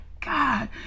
God